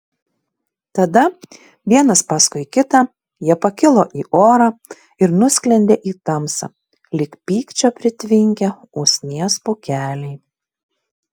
tada vienas paskui kitą jie pakilo į orą ir nusklendė į tamsą lyg pykčio pritvinkę usnies pūkeliai